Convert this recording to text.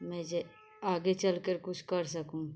मैं जे आगे चलकर कुछ कर सकूँ